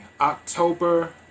October